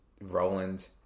Roland